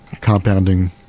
compounding